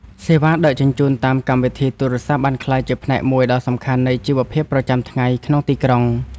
សេវាដឹកជញ្ជូនតាមកម្មវិធីទូរសព្ទ បានក្លាយជាផ្នែកមួយដ៏សំខាន់នៃជីវភាពប្រចាំថ្ងៃក្នុងទីក្រុង។